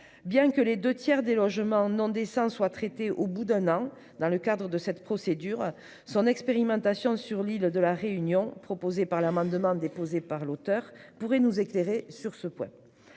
Bien que les deux tiers des logements non décents soient traités au bout d'un an dans le cadre de cette procédure, son expérimentation à La Réunion, proposée au travers de l'amendement déposé par M. Lagourgue, pourrait nous éclairer sur ce point.